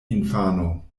infano